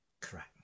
Correct